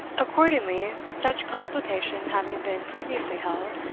accordingly, such consultation having been previously held,